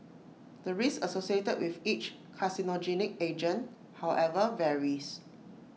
the risk associated with each carcinogenic agent however varies